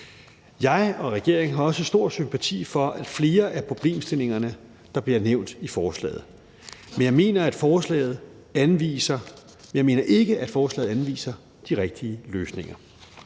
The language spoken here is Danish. Jeg og regeringen har også stor sympati for flere af problemstillingerne, der bliver nævnt i forslaget, men jeg mener ikke, at forslaget anviser de rigtige løsninger.